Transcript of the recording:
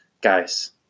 guys